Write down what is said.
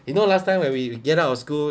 you know last time when we get out of school